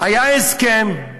היה הסכם,